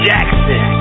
Jackson